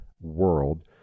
world